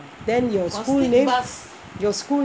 then your school